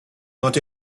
not